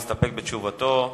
להסתפק בתשובתו,